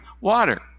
water